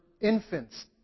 infants